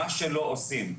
מה שלא עושים,